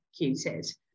executed